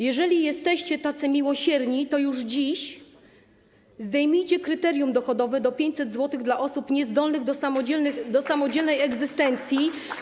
Jeżeli jesteście tacy miłosierni, to już dziś zdejmijcie kryterium dochodowe - do 500 zł - dla osób niezdolnych do samodzielnej egzystencji.